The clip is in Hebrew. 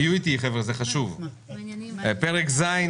פרק ז',